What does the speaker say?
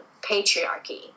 patriarchy